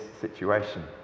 situation